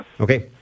Okay